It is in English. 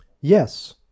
yes